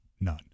none